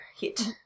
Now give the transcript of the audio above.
hit